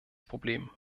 problem